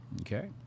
Okay